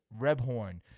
Rebhorn